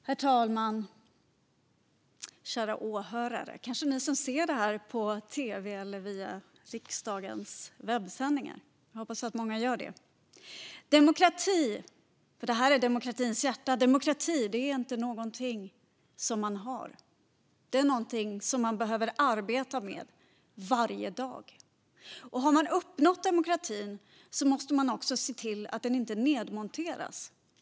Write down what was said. Herr talman och kära åhörare som kanske ser detta på tv eller via riksdagens webbsändning! Jag hoppas att många gör det. Det här är demokratins hjärta, och demokrati är inget man har utan något man behöver arbeta med varje dag. Har man uppnått demokrati måste man också se till att den inte nedmonteras.